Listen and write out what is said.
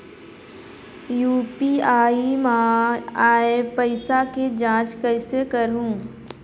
UPI मा आय पइसा के जांच कइसे करहूं?